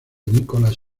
nicholas